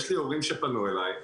יש הורים שפנו אליי,